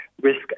risk